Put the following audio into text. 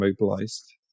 mobilised